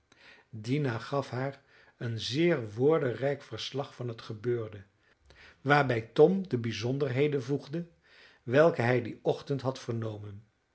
dina gaf haar een zeer woordenrijk verslag van het gebeurde waarbij tom de bijzonderheden voegde welke hij dien ochtend had vernomen